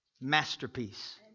masterpiece